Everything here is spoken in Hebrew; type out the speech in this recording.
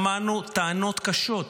שמענו טענות קשות,